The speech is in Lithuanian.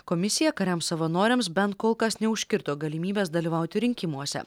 komisija kariams savanoriams bent kol kas neužkirto galimybės dalyvauti rinkimuose